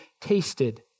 tasted